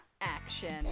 action